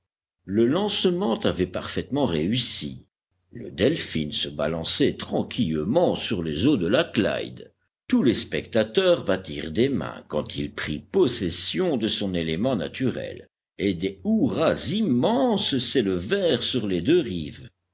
le lancement avait parfaitement réussi le delphin se balançait tranquillement sur les eaux de la clyde tous les spectateurs battirent des mains quand il prit possession de son élément naturel et des hurrahs immenses s'élevèrent sur les deux rives